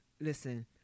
Listen